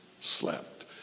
slept